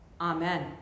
Amen